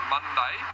Monday